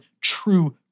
true